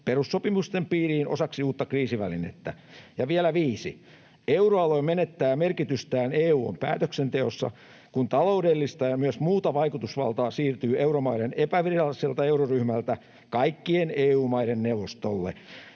perussopimusten piiriin osaksi uutta kriisivälinettä. Ja vielä 5) euroalue menettää merkitystään EU:n päätöksenteossa, kun taloudellista ja myös muuta vaikutusvaltaa siirtyy euromaiden epäviralliselta euroryhmältä kaikkien EU-maiden neuvostolle.